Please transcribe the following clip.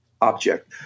object